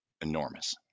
enormous